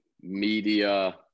media